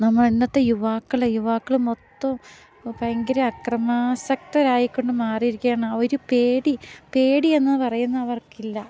നമ്മള് ഇന്നത്തെ യുവാക്കള് യുവാക്കള് മൊത്തവും ഭയങ്കര അക്രമാശക്തരായിക്കൊണ്ട് മാറിയിരിക്കുകയാണ് ആ ഒരു പേടി പേടി എന്ന് പറയുന്നത് അവർക്കില്ല